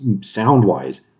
sound-wise